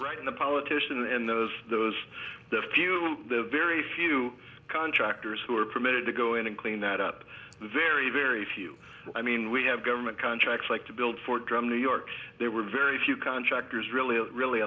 right in the politician in those those the few the very few contractors who are permitted to go in and clean that up very very few i mean we have government contracts like to build fort drum new york there were very few contractors really really